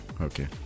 Okay